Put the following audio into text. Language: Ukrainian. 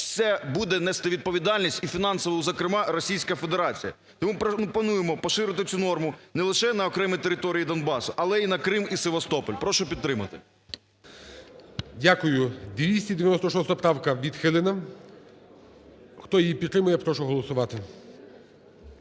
все, буде нести відповідальність, і фінансову зокрема Російська Федерація. І ми пропонуємо поширити цю норму не лише на окремі території Донбасу, але й на Крим і Севастополь. Прошу підтримати. ГОЛОВУЮЧИЙ. Дякую. 296 правка відхилена. Хто її підтримує, я прошу голосувати.